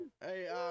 Hey